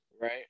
Right